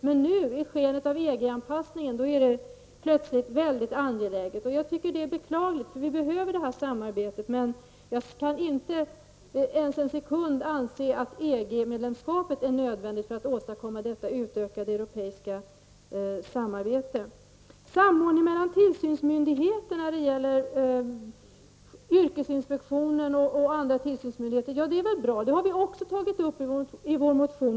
Men nu, i skenet av EG anpassningen, är det plötsligt väldigt angeläget. Det är beklagligt, för vi behöver det här samarbetet. Men jag kan inte för en sekund anse att EG-medlemskapet är nödvändigt för att åstadkomma ett utökat europeiskt samarbete. Samordningen mellan yrkesinspektionen och andra tillsynsmyndigheter är väl bra. Den saken har vi också tagit upp i vår motion.